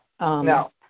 No